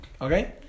okay